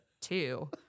two